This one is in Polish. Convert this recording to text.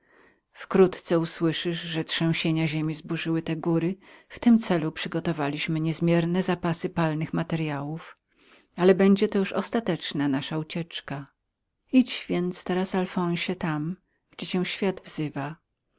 wkrótce usłyszysz że trzęsienia ziemi zaburzyły te góry w tym celu przygotowaliśmy niezmierne zapasy palnych materyałów ale będzie to już ostateczna nasza ucieczka idź więc teraz alfonsie tam gdzie cię świat